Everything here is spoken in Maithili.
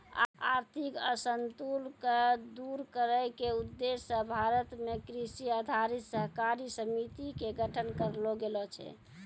आर्थिक असंतुल क दूर करै के उद्देश्य स भारत मॅ कृषि आधारित सहकारी समिति के गठन करलो गेलो छै